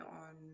on